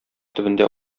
төбендә